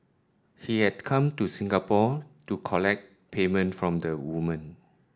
he had come to Singapore to collect payment from the woman